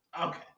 Okay